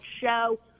show